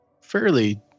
fairly